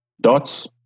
Dots